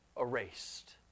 erased